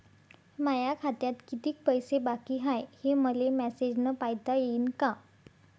माया खात्यात कितीक पैसे बाकी हाय, हे मले मॅसेजन पायता येईन का?